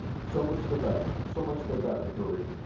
so much the better, so much the better, hurry.